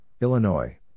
Illinois